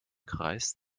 kreist